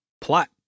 plot